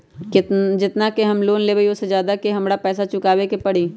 जेतना के हम लोन लेबई ओ से ज्यादा के हमरा पैसा चुकाबे के परी?